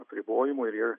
apribojimų ir